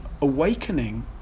awakening